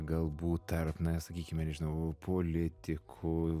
galbūt tarp na sakykime nežinau politikų